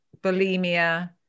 bulimia